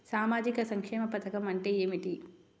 సామాజిక సంక్షేమ పథకం అంటే ఏమిటి?